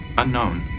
unknown